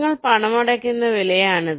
നിങ്ങൾ പണമടയ്ക്കുന്ന വിലയാണിത്